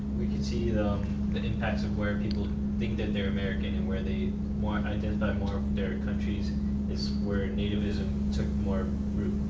we can see you know the impacts of where people think that they're american, and where they identify more of their countries is where nativism took more root.